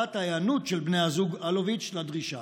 וככלל תוך מעקב אחר מידת ההיענות של בני הזוג אלוביץ' לדרישה,